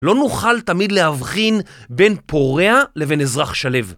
לא נוכל תמיד להבחין בין פורע לבין אזרח שליו.